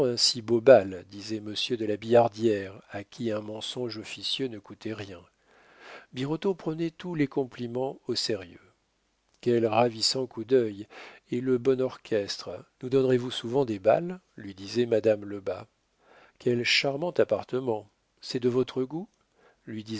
si beau bal disait monsieur de la billardière à qui un mensonge officieux ne coûtait rien birotteau prenait tous les compliments au sérieux quel ravissant coup d'œil et le bon orchestre nous donnerez-vous souvent des bals lui disait madame lebas quel charmant appartement c'est de votre goût lui